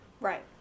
Right